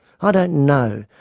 ah don't know.